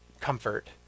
comfort